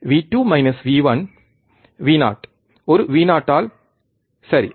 V2 V1 Vo ஒரு Vo ஆல் ஒரு சரி